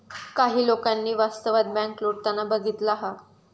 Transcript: काही लोकांनी वास्तवात बँक लुटताना बघितला हा